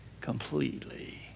completely